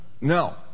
No